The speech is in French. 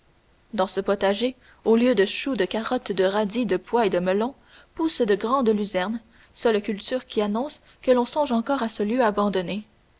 dans ce potager au lieu de choux de carottes de radis de pois et de melons poussent de grandes luzernes seule culture qui annonce que l'on songe encore à ce lieu abandonné